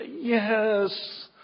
yes